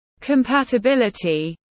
compatibility